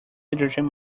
hydrogen